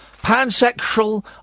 Pansexual